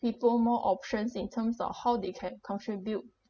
people more options in terms of how they can contribute